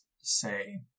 say